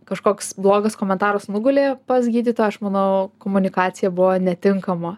kažkoks blogas komentaras nugulė pas gydytoją aš manau komunikacija buvo netinkama